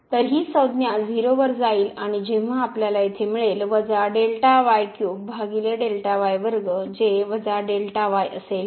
तर ही संज्ञा 0 वर जाईल आणि जेव्हा आपल्याला येथे मिळेल जे असेल